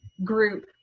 group